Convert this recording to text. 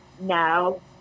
No